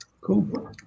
Cool